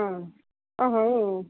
ହଁ ଅ ହେଉ